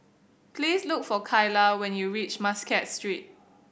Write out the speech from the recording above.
please look for Kaila when you reach Muscat Street